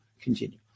continue